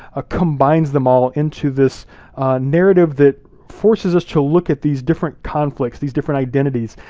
ah combines them all into this narrative that forces us to look at these different conflicts, these different identities,